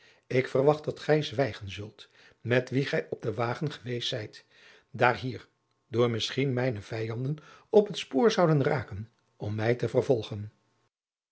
ik verwacht dat gij zwijgen zult met wien gij op den wagen geweest zijt daar hier door misschien mijne vijanden op het spoor zouden raken om mij te vervolgen